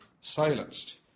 silenced